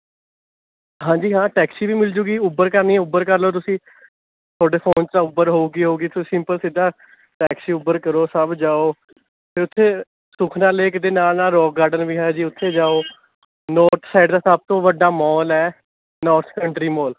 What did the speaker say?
ਹਾਂਜੀ ਹਾਂ ਟੈਕਸੀ ਵੀ ਮਿਲ ਜੂਗੀ ਉਬਰ ਕਰਨੀ ਉਬਰ ਕਰ ਲਵੋ ਤੁਸੀਂ ਤੁਹਾਡੇ ਫ਼ੋਨ 'ਚ ਤਾਂ ਉਬਰ ਹੋਵੇਗੀ ਹੋਵੇਗੀ ਤੁਸੀਂ ਸੀਪਲ ਸਿੱਧਾ ਟੈਕਸੀ ਉਬਰ ਕਰੋ ਸਭ ਜਾਉ ਅਤੇ ਉੱਥੇ ਸੁਖਨਾ ਲੇਕ ਦੇ ਨਾਲ਼ ਨਾਲ਼਼ ਰੌਕ ਗਾਰਡਨ ਵੀ ਹੈ ਜੀ ਉੱਥੇ ਜਾਉ ਨੌਰਥ ਸਾਈਡ ਦਾ ਸਭ ਤੋਂ ਵੱਡਾ ਮੌਲ ਹੈ ਨੌਰਥ ਕੰਟਰੀ ਮੌਲ